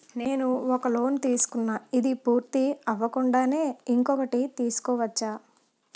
నేను ఒక లోన్ తీసుకున్న, ఇది పూర్తి అవ్వకుండానే ఇంకోటి తీసుకోవచ్చా?